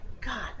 God